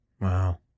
wow